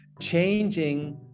changing